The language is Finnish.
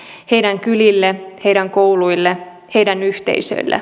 heidän kylilleen heidän kouluilleen heidän yhteisöilleen